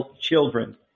children